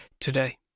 today